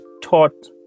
taught